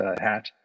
hat